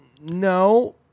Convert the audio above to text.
no